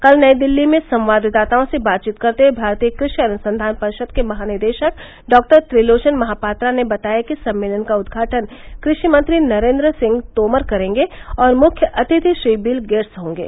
कल नई दिल्ली में संवाददाताओं से बातचीत करते हुए भारतीय क्रषि अनुसंधान परिषद के महानिदेशक डॉक्टर त्रिलोचन महापात्रा ने बताया कि सम्मेलन का उद्घाटन कृषि मंत्री नरेन्द्र सिंह तोमर करेंगे और मुख्य अतिथि श्री विल गेट्स होंगे